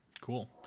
Cool